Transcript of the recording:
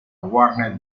warner